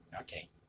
Okay